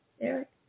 Eric